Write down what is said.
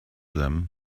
them